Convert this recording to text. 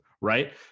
right